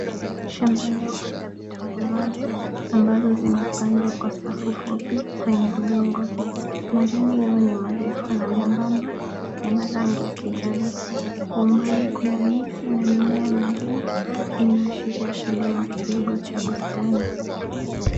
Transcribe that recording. Shamba ndogo la vitunguu maji ambazo vimepandwa kwa safu fupi kwenye udongo. Majani yao ni marefu na membamba yana rangi ya kijani. Kwa umbali kuna miti na mimea mengine. Inaashiria kilimo kidogo cha bustani.